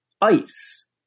ice